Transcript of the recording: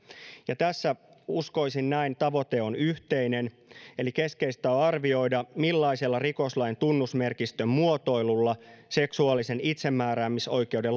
ja tässä uskoisin näin tavoite on yhteinen eli keskeistä on arvioida millaisella rikoslain tunnusmerkistön muotoilulla seksuaalisen itsemääräämisoikeuden